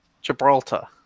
Gibraltar